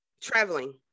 traveling